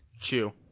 Chew